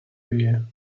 you